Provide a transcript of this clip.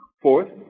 Fourth